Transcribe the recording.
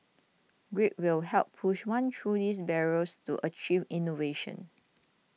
grit will help push one through these barriers to achieve innovation